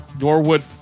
Norwood